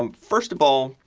um first of all,